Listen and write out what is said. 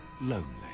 lonely